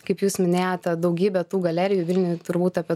kaip jūs minėjote daugybę tų galerijų vilniuj turbūt apie